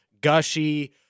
gushy